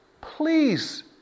please